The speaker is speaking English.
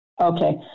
Okay